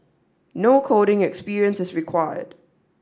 no coding experience is required